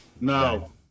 No